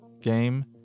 game